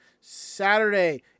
Saturday